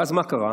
ואז מה קרה?